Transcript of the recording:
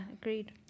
agreed